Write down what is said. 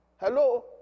Hello